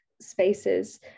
spaces